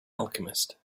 alchemist